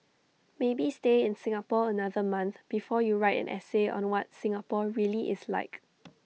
maybe stay in Singapore another month before you write an essay on what Singapore really is like